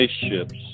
spaceships